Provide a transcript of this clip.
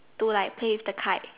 to like play with the kite